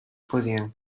podien